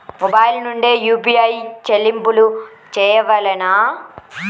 Mobile నుండే UPI చెల్లింపులు చేయవలెనా?